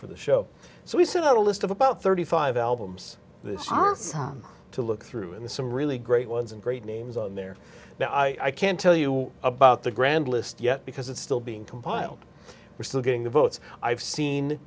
for the show so we sent out a list of about thirty five albums to look through and some really great ones and great names on there now i can't tell you about the grand list yet because it's still being compiled we're still getting the votes i've seen